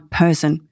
person